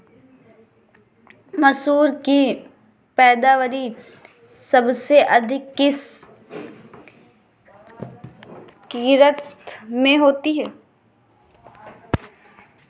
मसूर की पैदावार सबसे अधिक किस किश्त में होती है?